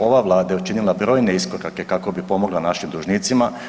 Ova Vlada je učinila brojne iskorake kako bi pomogla našim dužnicima.